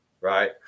right